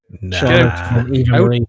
No